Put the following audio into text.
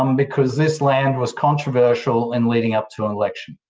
um because this land was controversial in leading up to an election.